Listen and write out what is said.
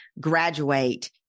graduate